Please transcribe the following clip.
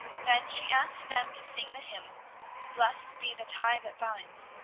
then she asked them to sing the hymn blest be the tie that binds,